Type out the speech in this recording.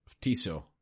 Tiso